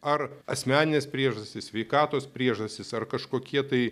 ar asmeninės priežastys sveikatos priežastys ar kažkokie tai